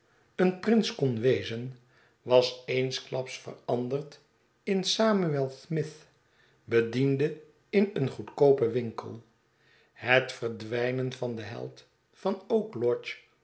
een prins kon wezen was eensklaps veranderd in samuel smith bediende in een goedkoopen winkel het verdwijnen van den held van oak lodge